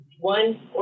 One